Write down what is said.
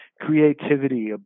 creativity